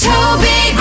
Toby